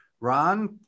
Ron